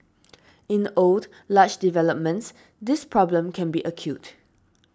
in old large developments this problem can be acute